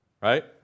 right